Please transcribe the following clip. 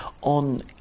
on